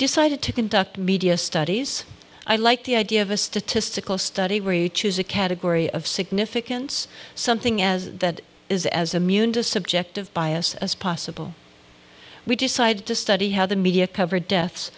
decided to conduct media studies i like the idea of a statistical study where you choose a category of significance something as that is as a munis subjective bias as possible we decided to study how the media covered deaths